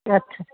ਅੱਛਾ